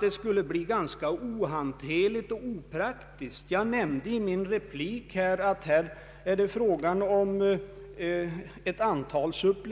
Det skulle nämligen bli ganska ohanterligt och opraktiskt att låta alla suppleanter närvara, Jag nämnde i min förra replik